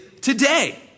today